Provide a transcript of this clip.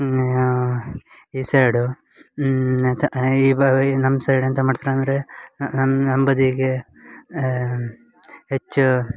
ಈ ಸೈಡು ಈ ಬಾ ಈ ನಮ್ ಸೈಡ್ ಎಂತ ಮಾಡ್ತ್ರೆ ಅಂದರೆ ನಮ್ಮ ನಮ್ಮ ಬದಿಗೆ ಹೆಚ್ಚು